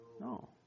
No